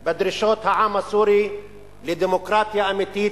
בדרישות העם הסורי לדמוקרטיה אמיתית,